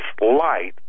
light